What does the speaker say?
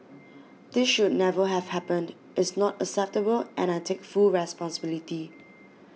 this should never have happened is not acceptable and I take full responsibility